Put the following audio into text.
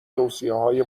توصیههای